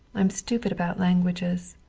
i'm stupid about languages.